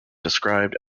described